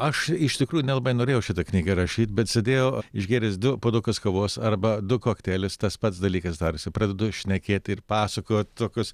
aš iš tikrųjų nelabai norėjau šitą knygą rašyt bet sėdėjau išgėręs du puodukus kavos arba du kokteilius tas pats dalykas darosi pradedu šnekėti pasakot tokius